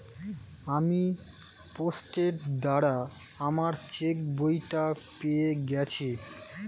আমি পোস্টের দ্বারা আমার চেকবইটা পেয়ে গেছি